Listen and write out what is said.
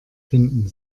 finden